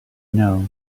know